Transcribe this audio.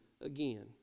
again